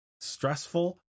stressful